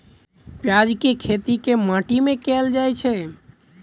प्याज केँ खेती केँ माटि मे कैल जाएँ छैय?